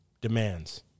demands